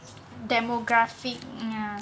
demographic